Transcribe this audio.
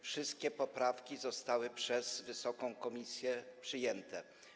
Wszystkie poprawki zostały przez wysoką komisję przyjęte.